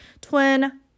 twin